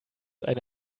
eine